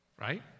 Right